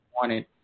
wanted